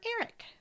Eric